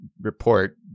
report